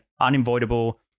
unavoidable